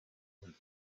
went